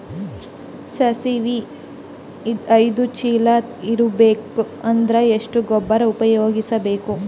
ಸಾಸಿವಿ ಐದು ಚೀಲ ಬರುಬೇಕ ಅಂದ್ರ ಎಷ್ಟ ಗೊಬ್ಬರ ಉಪಯೋಗಿಸಿ ಬೇಕು?